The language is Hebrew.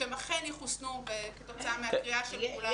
שהם אכן יחוסנו כתוצאה מהקריאה של כולנו.